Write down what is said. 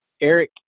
Eric